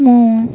ମୁଁ